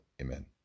Amen